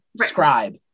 scribe